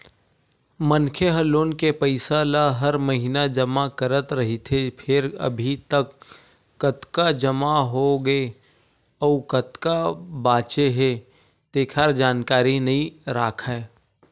मनखे ह लोन के पइसा ल हर महिना जमा करत रहिथे फेर अभी तक कतका जमा होगे अउ कतका बाचे हे तेखर जानकारी नइ राखय